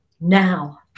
now